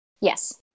Yes